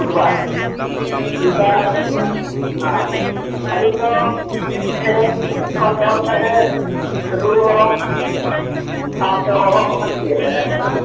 ᱵᱩᱫᱽᱵᱟᱨ ᱨᱩᱵᱤ ᱵᱟᱨ ᱟᱨ ᱵᱩᱫᱽᱵᱟᱨ ᱦᱚᱸ ᱟᱹᱞᱤᱧ ᱫᱚ ᱮᱱᱮᱡ ᱥᱮᱨᱮᱧ ᱠᱷᱚᱱ ᱮᱦᱚᱵ ᱠᱟᱛᱮ ᱨᱩᱻ ᱚᱨᱚᱝ ᱥᱟᱶᱛᱮ ᱚᱞᱚᱜ ᱦᱚᱸᱞᱤᱧ ᱞᱟᱹᱭ ᱫᱟᱲᱮ ᱟᱠᱚ ᱠᱟᱱᱟ